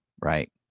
right